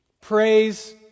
Praise